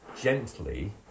gently